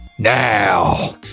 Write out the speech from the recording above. Now